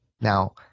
Now